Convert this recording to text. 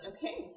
Okay